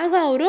ಆಗ ಅವರು